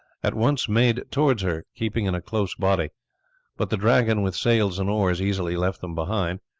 at once made towards her, keeping in a close body but the dragon with sails and oars easily left them behind,